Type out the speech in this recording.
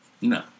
No